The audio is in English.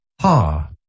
Ha